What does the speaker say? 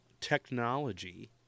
technology